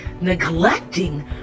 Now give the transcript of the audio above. neglecting